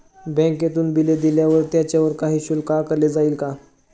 बँकेतून बिले दिल्यावर त्याच्यावर काही शुल्क आकारले जाईल का?